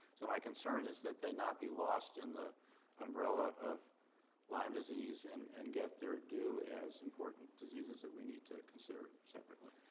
so my concern is that they not be lost in the umbrella of lyme disease and and get their due as important diseases that we need to consider separately.